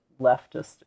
leftist